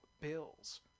Bills